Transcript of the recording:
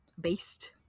Based